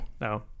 no